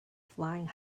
flying